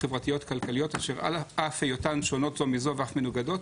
חברתיות-כלכליות אשר אף היותן שונות זו מזו ואך מנוגדות,